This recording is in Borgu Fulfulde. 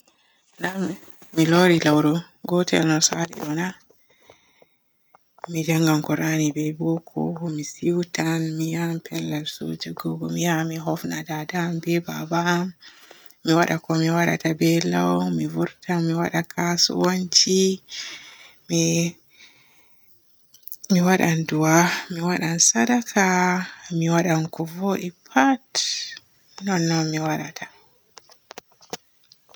Na mi luri lewru gotel na saali ɗo na? Mi janngan qur'ani be boko, sewtan mi ya pellel sewtugo, mi yan mi hofna dada am be baba am, mi waada ko mi waadata be lau, mi vurta mi waada kasuwanci, mi mi waadan du'a mi waadan sadaka mi waadan ko vodi pat. Non non mi waadata.